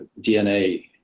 dna